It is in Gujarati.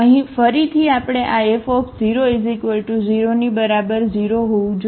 તેથી અહીં ફરીથી આપણે આ F 0 ની બરાબર 0 હોવું જોઈએ